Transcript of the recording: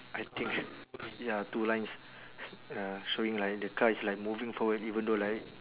I think ya two lines s~ uh showing like the car is like moving forward even though like